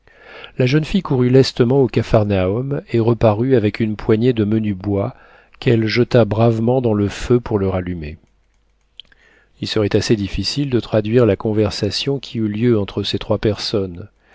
la jeune fille courut lestement au capharnaüm et reparut avec une poignée de menu bois qu'elle jeta bravement dans le feu pour le rallumer il serait assez difficile de traduire la conversation qui eut lieu entre ces trois personnes